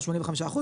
85%,